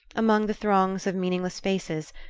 among the throngs of meaningless faces,